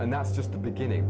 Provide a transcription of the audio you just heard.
and that's just the beginning